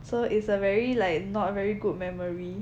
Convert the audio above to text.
so it's a very like not very good memory